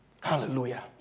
Hallelujah